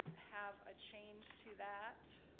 have a change to that